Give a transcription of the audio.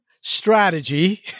strategy